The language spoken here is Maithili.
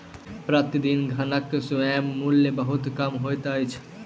प्रतिनिधि धनक स्वयं मूल्य बहुत कम होइत अछि